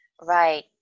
Right